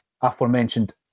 aforementioned